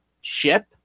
ship